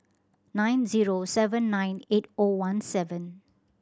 nine zero seven nine eight O one seven